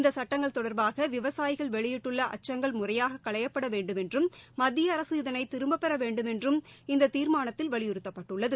இந்த சட்டங்கள் தொடர்பாக விவசாயிகள் வெளியிட்டுள்ள அச்சங்கள் முறையாக களையப்பட வேண்டுமென்றும் மத்திய அரசு இதனை திரும்பப்பெற வேண்டுமென்றும் அந்த தீர்மானத்தில் வலியுறுத்தப்பட்டுள்ளது